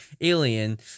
alien